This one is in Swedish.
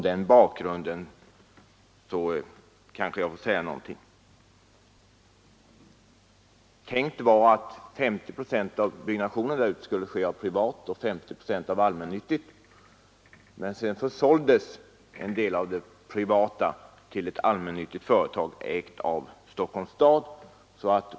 Det var tänkt att 50 procent av byggnationen där ute skulle ske i privat och 50 procent i allmännyttig regi, men sedan försåldes en del av den privata byggnationen till ett allmännyttigt företag, ägt av Stockholms stad.